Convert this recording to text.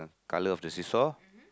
colour of the seesaw